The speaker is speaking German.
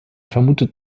vermutet